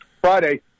Friday